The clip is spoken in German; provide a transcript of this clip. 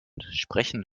sprechen